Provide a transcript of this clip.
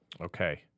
Okay